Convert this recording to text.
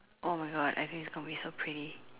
!oh-my-God! I think it's gonna be so pretty